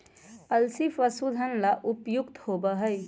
अलसी पशुधन ला उपयुक्त होबा हई